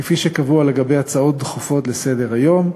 כפי שקבוע לגבי הצעות דחופות לסדר-היום.